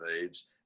AIDS